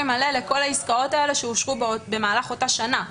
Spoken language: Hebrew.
מלא לכל העסקאות האלה שאושרו במהלך אותה שנה.